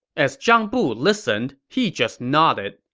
as zhang bu listened, he just nodded.